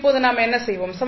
இப்போது நாம் என்ன செய்வோம்